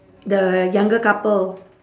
the younger couple